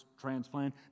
transplant